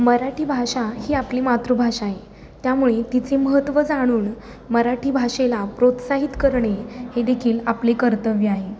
मराठी भाषा ही आपली मातृभाषा आहे त्यामुळे तिचे महत्त्व जाणून मराठी भाषेला प्रोत्साहित करणे हे देखील आपले कर्तव्य आहे